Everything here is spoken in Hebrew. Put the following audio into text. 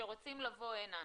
שרוצים לבוא הנה.